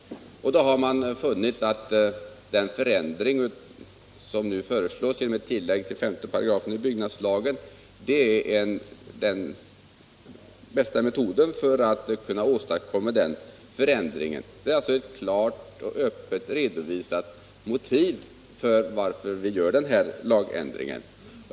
Man har funnit att den ändring som nu föreslås genom ett tillägg till 55 byggnadslagen är den bästa metoden för att åstadkomma den förändringen. Det finns alltså ett klart och öppet redovisat motiv till den föreslagna lagändringen.